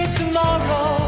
tomorrow